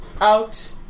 out